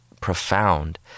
profound